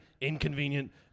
inconvenient